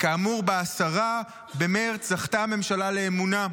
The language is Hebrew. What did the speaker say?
וכאמור ב-10 במרץ זכתה הממשלה לאמונה,